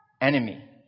enemy